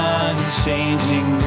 unchanging